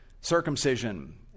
circumcision